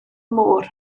môr